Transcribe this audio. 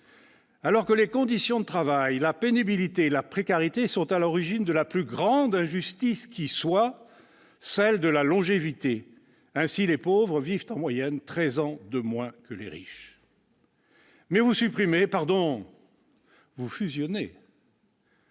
alors que les conditions de travail, la pénibilité et la précarité sont à l'origine de la plus grande injustice qui soit : celle de la longévité. En effet, les pauvres vivent en moyenne 13 ans de moins que les riches ! Pourtant, vous supprimez- pardon, vous « fusionnez